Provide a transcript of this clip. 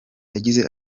yagize